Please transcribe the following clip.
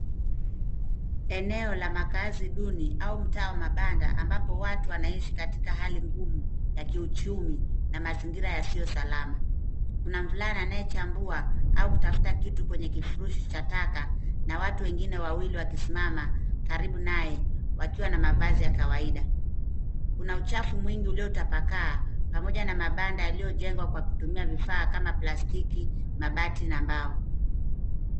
Eneo la makazi duni au mtaa wa mabanda ambapo watu wanaishi katika hali ngumu ya kiuchumi na mazingira yasiyo salama. Kuna mvulana anaye chambua au kutafuta kitu kwenye kifurushi cha taka na watu wengine wawili wakisimama karibu naye wakiwa na mavazi ya kawaida. Kuna uchafu mwingi ulio tapakaa pamoja na mabanda yaliyo jengwa kwa kutumia vifaa kama plastiki, mabati na mbao.